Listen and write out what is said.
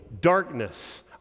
darkness